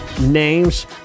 names